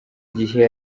gihe